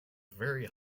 very